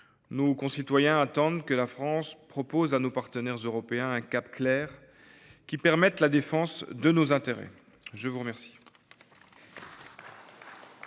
Nos concitoyens attendent que la France propose à nos partenaires européens un cap clair qui permette de défendre nos intérêts ! La parole